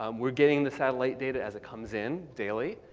um we're getting the satellite data as it comes in daily.